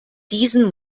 diesen